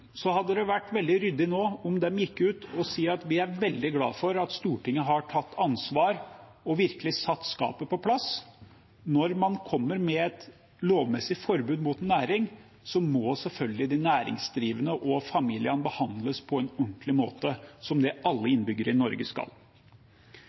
hadde det vært veldig ryddig nå om de gikk ut og sa at de er veldig glade for at Stortinget har tatt ansvar og virkelig satt skapet på plass. Når man kommer med et lovmessig forbud mot en næring, må selvfølgelig de næringsdrivende og familiene behandles på en ordentlig måte, slik alle innbyggere i Norge skal. Derfor synes jeg også det